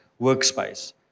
workspace